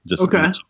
Okay